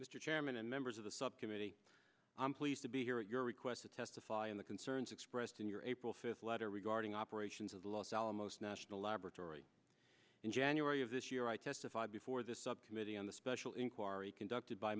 mr chairman and members of the subcommittee i'm pleased to be here at your request to testify in the concerns expressed in your april fifth letter regarding operations of the los alamos national laboratory in january of this year i testified before the subcommittee on the special inquiry conducted by